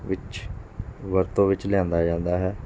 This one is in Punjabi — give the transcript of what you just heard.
ਵਿੱਚ ਵਰਤੋਂ ਵਿੱਚ ਲਿਆਉਂਦਾ ਜਾਂਦਾ ਹੈ